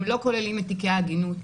הם לא כוללים תיקי העגינות,